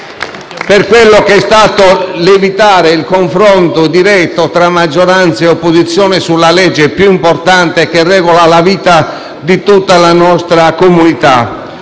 Gruppo FI-BP)*, nell'evitare il confronto diretto tra maggioranza e opposizione sulla legge più importante che regola la vita di tutta la nostra comunità.